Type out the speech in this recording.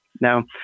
Now